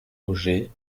auger